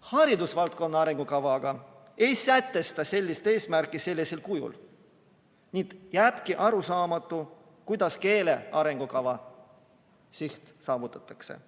Haridusvaldkonna arengukavaga ei sätestata sellist eesmärki. Nii jääbki arusaamatuks, kuidas keele arengukava siht saavutatakse.